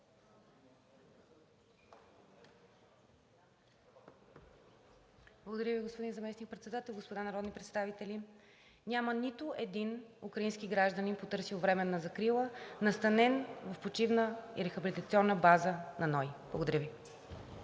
Благодаря Ви, господин Заместник-председател. Господа народни представители, няма нито един украински гражданин, потърсил временна закрила, настанен в почивна рехабилитационна база на НОИ. Благодаря Ви.